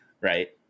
right